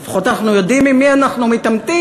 אבל לפחות אנחנו יודעים עם מי אנחנו מתעמתים,